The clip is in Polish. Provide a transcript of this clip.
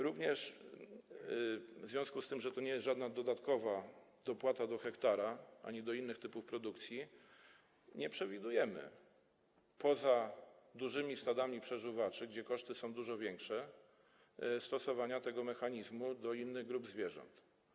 Również w związku z tym, że to nie jest żadna dodatkowa dopłata do 1 ha ani do innych typów produkcji, nie przewidujemy - poza dużymi stadami przeżuwaczy, gdzie koszty są dużo większe - stosowania tego mechanizmu w odniesieniu do innych grup zwierząt.